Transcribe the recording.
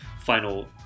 final